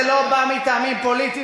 זה לא בא מטעמים פוליטיים,